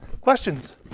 Questions